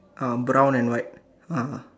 um brown and white ah